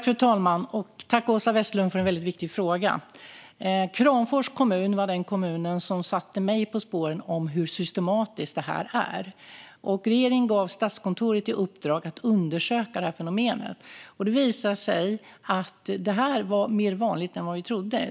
Fru talman! Tack, Åsa Westlund, för en väldigt viktig fråga! Kramfors kommun var den kommun som satte mig på spåret när det gäller hur systematiskt det här är. Regeringen gav Statskontoret i uppdrag att undersöka det här fenomenet, och det visade sig att det här är mer vanligt än vad vi trodde.